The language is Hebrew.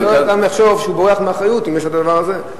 שלא יחשוב שהוא בורח מאחריות אם יש לו הדבר הזה.